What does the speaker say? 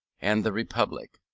and the republic.